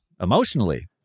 emotionally